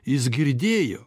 jis girdėjo